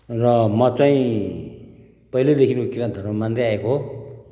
र म चाहिँ पहिल्यैदेखिको किराँत धर्म मान्दै आएको हो